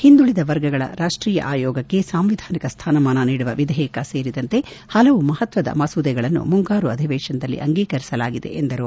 ಹಿಂದುಳದ ವರ್ಗಗಳ ರಾಷ್ಷೀಯ ಆಯೋಗಕ್ಕೆ ಸಾಂವಿಧಾನಿಕ ಸ್ನಾನಮಾನ ನೀಡುವ ವಿಧೇಯಕ ಸೇರಿದಂತೆ ಹಲವು ಮಹತ್ವದ ಮಸೂದೆಗಳನ್ನು ಮುಂಗಾರು ಅಧಿವೇಶನದಲ್ಲಿ ಅಂಗೀಕರಿಸಲಾಗಿದೆ ಎಂದರು